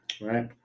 Right